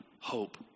hope